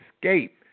escape